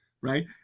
right